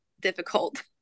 difficult